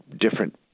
different